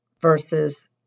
versus